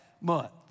month